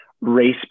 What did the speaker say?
race